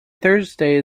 thursday